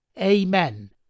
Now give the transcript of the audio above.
Amen